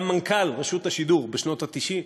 היה מנכ"ל רשות השידור בשנות ה-90.